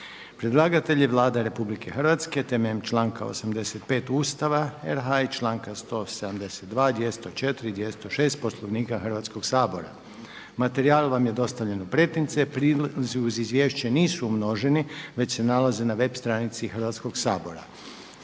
Predlagatelj je Vlada Republike Hrvatske temeljem članka 85. Ustava RH i članka 172., 204. i 206. Poslovnika Hrvatskog sabora. Materijal vam je dostavljen u pretince. Prilozi uz izvješće nisu umnoženi već se nalaze na web stranici Hrvatskog sabora.